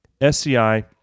SCI